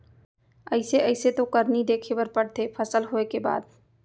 अइसे अइसे तो करनी देखे बर परथे फसल होय के बाद